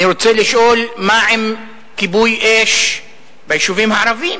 אני רוצה לשאול, מה עם כיבוי אש ביישובים הערביים?